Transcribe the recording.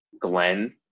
Glenn